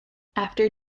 after